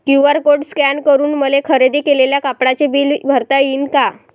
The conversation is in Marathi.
क्यू.आर कोड स्कॅन करून मले खरेदी केलेल्या कापडाचे बिल भरता यीन का?